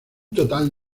total